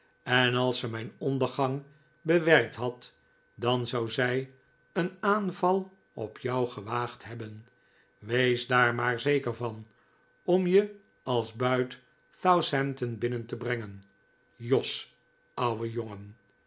en als ze mijn ondergang bewerkt had dan zou zij een aanval op jou gewaagd hebben wees daar maar zeker van om je als buit southampton binnen te brengen jos ouvve jongen